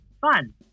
fun